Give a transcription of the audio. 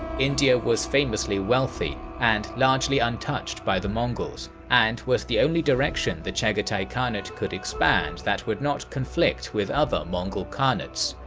india was famously wealthy and largely untouched by the mongols, and was the only direction the chagatai khanate could expand that would not conflict with other mongol khanates.